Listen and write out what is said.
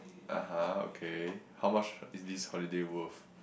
(uh huh) okay how much is this holiday worth